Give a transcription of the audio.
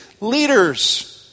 leaders